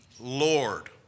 Lord